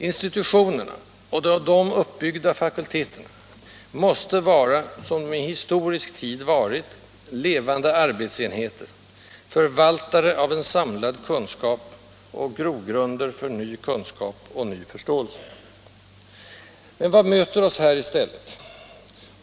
Institutionerna och de av dem uppbyggda fakulteterna måste vara, som de i historisk tid varit, levande arbetsenheter, förvaltare av en samlad kunskap och grogrunder för ny kunskap och ny förståelse. Men vad möter oss här i stället?